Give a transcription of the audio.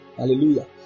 Hallelujah